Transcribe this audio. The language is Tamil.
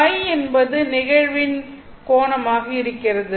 Ø என்பது நிகழ்வின் கோணமாக இருக்கிறது